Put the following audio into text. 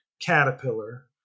Caterpillar